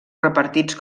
repartits